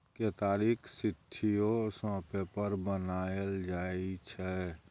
केतारीक सिट्ठीयो सँ पेपर बनाएल जाइ छै